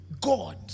God